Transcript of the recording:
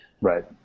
Right